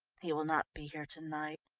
he will not be here to-night.